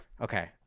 Okay